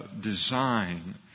design